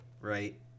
right